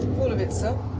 sort of it, sir?